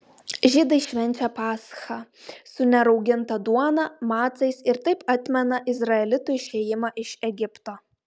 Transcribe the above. žydai švenčia paschą su nerauginta duona macais ir taip atmena izraelitų išėjimą iš egipto